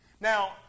Now